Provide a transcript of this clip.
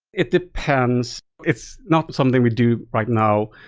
it depends. it's not something we do right now.